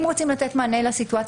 אם רוצים לתת מענה לסיטואציה